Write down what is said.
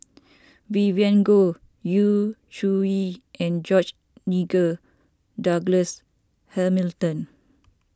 Vivien Goh Yu Zhuye and George Nigel Douglas Hamilton